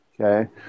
Okay